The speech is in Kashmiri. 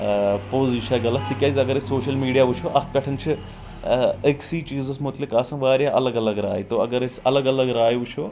پوٚز یہِ چھا غلط تِکیٛازِ اگر أسۍ سوشل میٖڈیا وٕچھو اتھ پٮ۪ٹھ چھِ أکۍ سٕے چیٖزس مُتعلق آسان واریاہ الگ الگ راے تو اگر أسۍ الگ الگ راے وٕچھو